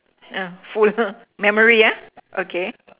err full memory ah okay